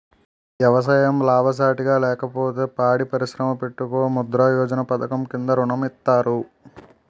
ఎవసాయం లాభసాటిగా లేకపోతే పాడి పరిశ్రమ పెట్టుకో ముద్రా యోజన పధకము కింద ఋణం ఇత్తారు